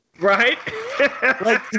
right